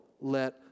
let